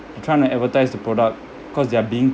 they're trying to advertise the product because they are being